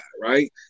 right